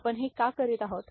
आपण हे का करीत आहोत